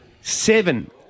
seven